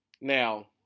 Now